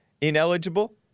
ineligible